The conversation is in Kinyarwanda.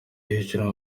hejuru